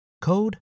code